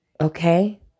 okay